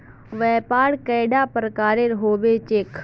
व्यापार कैडा प्रकारेर होबे चेक?